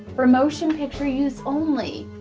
for motion picture use only.